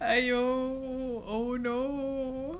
!aiyo! oh no